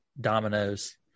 dominoes